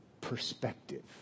Perspective